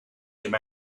him